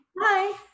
Bye